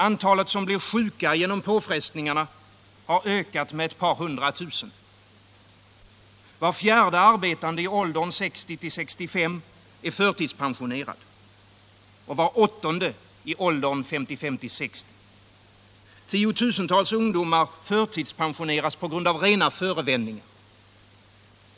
Antalet som blir sjuka genom påfrestningarna har ökat med ett par hundra tusen. Var fjärde arbetande i åldern 60-65 år är förtidspensionerad, var åttonde i åldern 55-60. Tiotusentals ungdomar förtidspensioneras på grund av rena förevändningar.